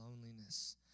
loneliness